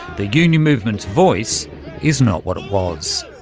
the union movement's voice is not what was,